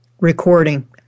recording